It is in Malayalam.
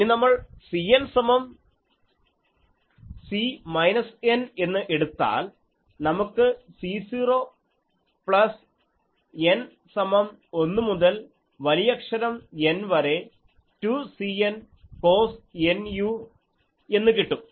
ഇനി നമ്മൾ Cn സമം C n എന്ന് എടുത്താൽ നമുക്ക് C0 പ്ലസ് n സമം 1 മുതൽ വലിയ അക്ഷരം N വരെ 2Cn കോസ് nu എന്നുകിട്ടും